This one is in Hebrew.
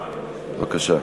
בבקשה.